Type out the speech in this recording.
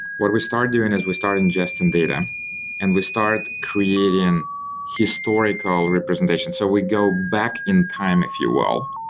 what we start doing is we start ingesting data and we start creating historical representation. so we go back in time, if you will,